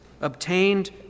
obtained